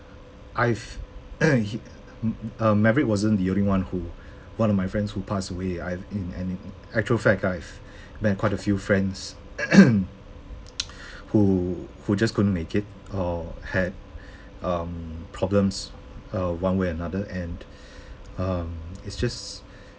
I've he m~ m~ uh maverick wasn't the only one who one of my friends who passed away I've and in actual fact I've met quite a few friends who who just couldn't make it or had um problems uh one way another and um it's just